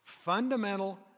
Fundamental